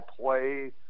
play